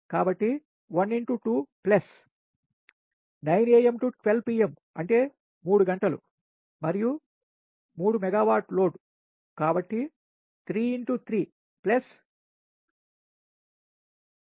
కాబట్టి 1 x 2 plus 9 am to 12 pmఅంటే 3 గంటలు మరియు 3 మెగావాట్ లోడ్ కాబట్టి 3 x 3 ప్లస్ 12